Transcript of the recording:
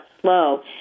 slow